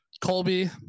Colby